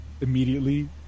immediately